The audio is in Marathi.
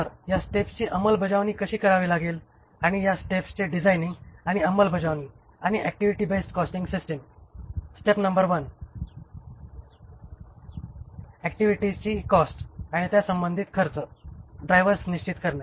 तर या स्टेप्सची अंमलबजावणी कशी करावी लागेल आणि या स्टेप्सचे डिझाइनिंग आणि अंमलबजावणी आणि activity based costing system step number एक ऍक्टिव्हिटीची कॉस्ट आणि त्या संबंधित खर्च ड्राइव्हर्स निश्चित करणे